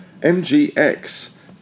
MGX